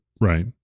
Right